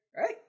Right